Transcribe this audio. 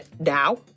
now